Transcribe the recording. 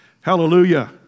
Hallelujah